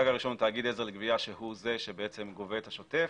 הראשון תאגיד עזר לגבייה שגובה את השוטף